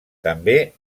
també